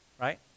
right